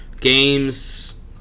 games